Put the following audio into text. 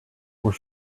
were